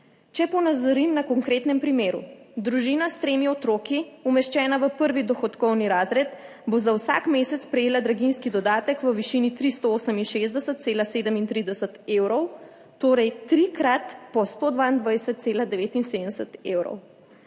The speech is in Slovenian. Če ponazorim na konkretnem primeru, družina s tremi otroki, umeščena v prvi dohodkovni razred, bo za vsak mesec prejela draginjski dodatek v višini 368,37 evra, torej trikrat po 122,79 evra.